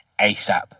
ASAP